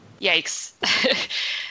Yikes